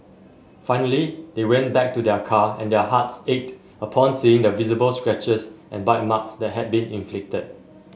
finally they went back to their car and their hearts ached upon seeing the visible scratches and bite marks that had been inflicted